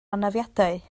anafiadau